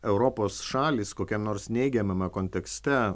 europos šalys kokiam nors neigiamame kontekste